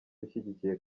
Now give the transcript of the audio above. ushyigikiye